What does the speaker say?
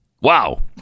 Wow